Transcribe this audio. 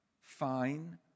fine